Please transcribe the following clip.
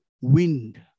Wind